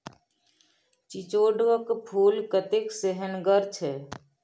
चिचोढ़ क फूल कतेक सेहनगर छै